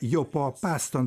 jau po peston